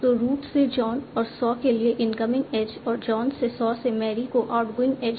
तो रूट से जॉन और सॉ के लिए इनकमिंग एज और जॉन से सॉ से मैरी को आउटगोइंग एज